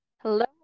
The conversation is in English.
Hello